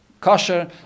kosher